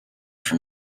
for